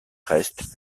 reste